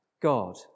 God